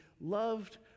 loved